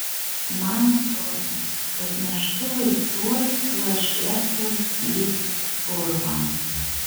man atrodė kad neštuvai tuoj tuoj šleptels į purvą